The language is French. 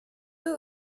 eux